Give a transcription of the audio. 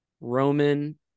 Roman